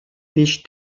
fiche